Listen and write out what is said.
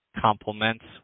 complements